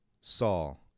Saul